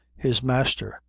his masther,